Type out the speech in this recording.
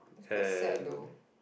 its quite sad though